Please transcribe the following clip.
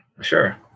Sure